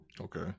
Okay